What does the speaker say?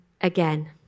again